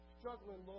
struggling